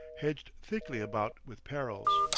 hedged thickly about with perils.